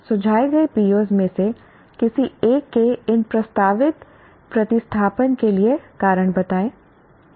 सुझाए गए POs में से किसी एक के इन प्रस्तावित प्रतिस्थापन के लिए कारण बताएं